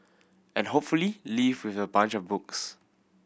and hopefully leave with a bunch of books